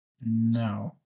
No